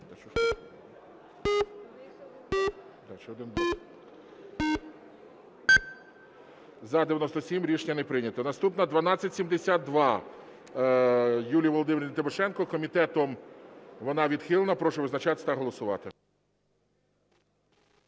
За-97 Рішення не прийнято. Наступна 1272 Юлії Володимирівни Тимошенко. Комітетом вона відхилена. Прошу визначатись та голосувати.